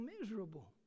miserable